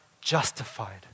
justified